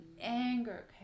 anger